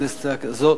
ובכנסת הזאת